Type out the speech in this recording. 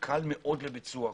קל מאוד לביצוע.